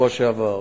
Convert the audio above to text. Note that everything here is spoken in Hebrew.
בשבוע שעבר.